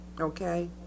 Okay